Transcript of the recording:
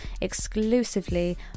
exclusively